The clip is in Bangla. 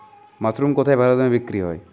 মাসরুম কেথায় ভালোদামে বিক্রয় হয়?